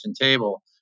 table